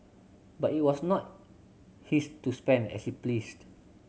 but it was not his to spend as he pleased